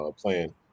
playing